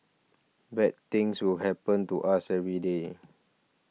bad things will happen to us every day